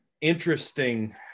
interesting